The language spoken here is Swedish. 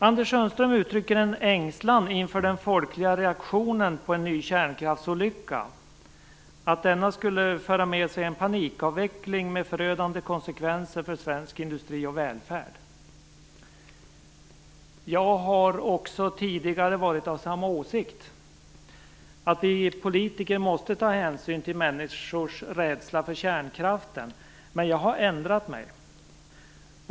Anders Sundström uttrycker en ängslan inför den folkliga reaktionen på en ny kärnkraftsolycka, att denna skulle föra med sig en panikavveckling med förödande konsekvenser för svensk industri och välfärd. Jag har också tidigare varit av samma åsikt, att vi politiker måste ta hänsyn till människors rädsla för kärnkraften, men jag har ändrat mig.